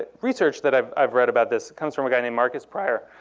research that i've i've read about this, comes from a guy named marcus pryor,